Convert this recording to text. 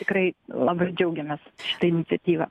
tikrai labai džiaugiamės šita iniciatyva